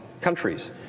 countries